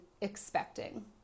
expecting